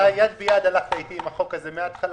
אתה הלכת איתי יד ביד עם החוק מההתחלה.